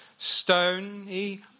stony